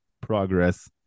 Progress